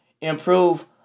improve